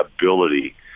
ability